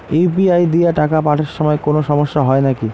UPI দিয়া টাকা পাঠের সময় কোনো সমস্যা হয় নাকি?